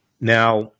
Now